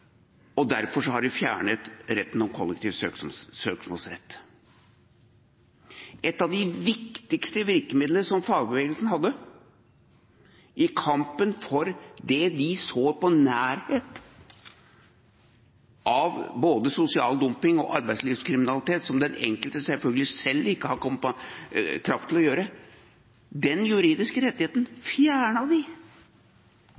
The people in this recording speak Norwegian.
og derfor har vi fjernet retten om kollektiv søksmålsrett. Et av de viktigste virkemidlene som fagbevegelsen hadde i kampen for det vi så på nært hold av både sosial dumping og arbeidslivskriminalitet, som den enkelte selvfølgelig selv ikke har kraft til å gjøre – den juridiske rettigheten